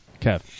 Kev